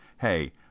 Hey